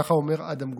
ככה אומר אדם גולד,